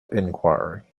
inquiry